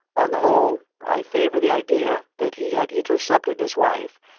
on the whole, i favour the idea that he had intercepted his wife,